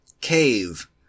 Cave